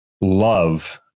love